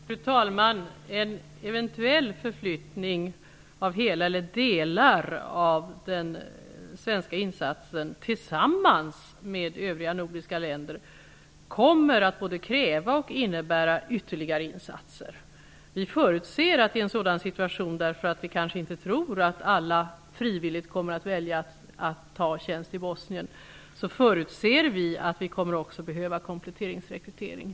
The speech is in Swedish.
Fru talman! En eventuell förflyttning av hela eller delar av den svenska insatsen tillsammans med övriga nordiska länder kommer att både kräva och innebära ytterligare insatser. Vi förutser i en sådan situation -- eftersom vi inte tror att alla frivilligt kommer att välja tjänst i Bosnien -- att det kommer att krävas kompletteringsrekrytering.